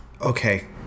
okay